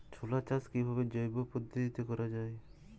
ছোলা চাষ কিভাবে জৈব পদ্ধতিতে করা যায়?